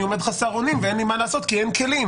אני עומד חסר אונים ואין לי מה לעשות כי אין כלים.